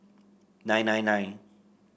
nine nine nine